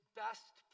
best